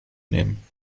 nehmen